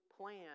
plan